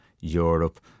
Europe